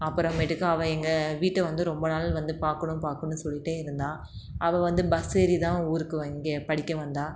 அப்புறமேட்டுக்கு அவள் எங்கள் வீட்டை வந்து ரொம்ப நாள் வந்து பார்க்கணும் பார்க்கணும் சொல்லிகிட்டே இருந்தாள் அவள் வந்து பஸ் ஏறி தான் ஊருக்கு இங்கே படிக்க வந்தாள்